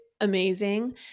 amazing